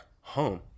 home